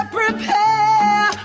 prepare